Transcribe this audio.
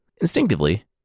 Instinctively